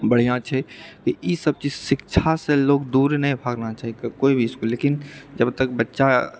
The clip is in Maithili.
बढ़िआँ छी तऽ ई सब चीज शिक्षासँ लोग दूर नहि भागना चाही कोई भी कि लेकिन जबतक बच्चा